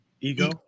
Ego